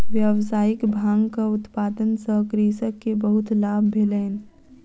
व्यावसायिक भांगक उत्पादन सॅ कृषक के बहुत लाभ भेलैन